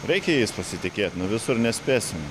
reikia jais pasitikėt nu visur nespėsim